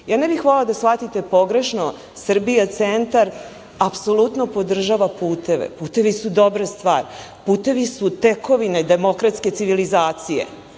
Ja ne bih volela da shvatite pogrešno Srbija Centar apsolutno podržava puteve. Putevi su dobra stvar. Putevi su tekovine demokratske civilizacije.